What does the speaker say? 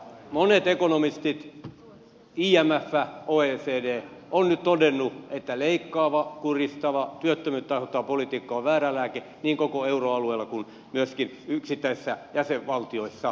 monet ekonomistit sekä imf ja oecd ovat nyt todenneet että leikkaava kuristava työttömyyttä aiheuttava politiikka on väärä lääke niin koko euroalueella kuin myöskin yksittäisissä jäsenvaltioissa